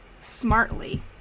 smartly